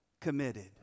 committed